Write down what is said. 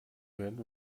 werden